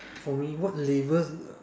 for me what labels